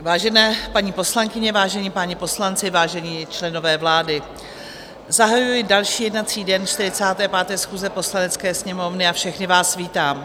Vážené paní poslankyně, vážení páni poslanci, vážení členové vlády, zahajuji další jednací den 45. schůze Poslanecké sněmovny a všechny vás vítám.